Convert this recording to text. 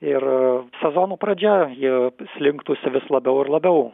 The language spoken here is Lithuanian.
ir sezonų pradžia ji sliktųsi vis labiau ir labiau